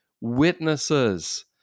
witnesses